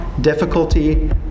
difficulty